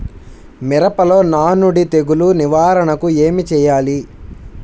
మిరపలో నానుడి తెగులు నివారణకు ఏమి చేయాలి?